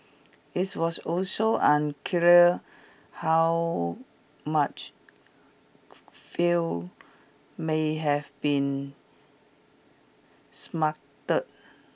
this was also unclear how much fuel may have been